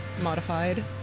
modified